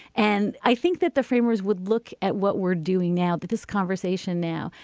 and i think that the framers would look at what we're doing now that this conversation now.